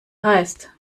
heißt